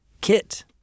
Kit